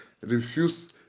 Refuse